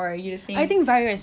sekarang kita COVID jer kan